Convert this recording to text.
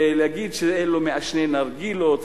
ולהגיד שאלו מעשני נרגילות,